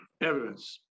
evidence